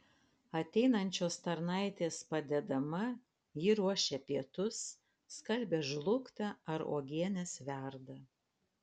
ateinančios tarnaitės padedama ji ruošia pietus skalbia žlugtą ar uogienes verda